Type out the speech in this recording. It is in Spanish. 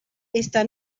esta